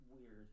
weird